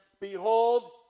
Behold